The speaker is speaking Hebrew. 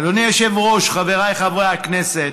אדוני היושב-ראש, חבריי חברי הכנסת,